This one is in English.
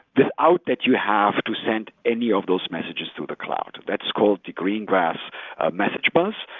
without that you have to send any of those messages through the cloud. that's called the greengrass message bus,